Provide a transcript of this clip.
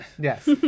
Yes